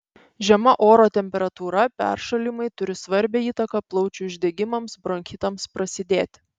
žema oro temperatūra peršalimai turi svarbią įtaką plaučių uždegimams bronchitams prasidėti